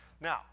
Now